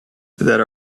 that